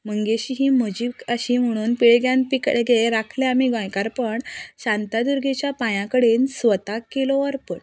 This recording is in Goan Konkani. मंगेशी ही म्हजी काशी म्हुणून पिळग्यान पिकळगे राखलें आमी गोंयकारपण शांतादुर्गेच्या पांया कडेन स्वता केलो अर्पण